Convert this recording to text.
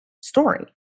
story